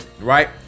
Right